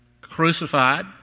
crucified